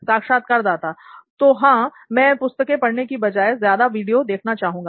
साक्षात्कारदाता तो हां मैं पुस्तकें पढ़ने की बजाए ज्यादा वीडियो देखना चाहूंगा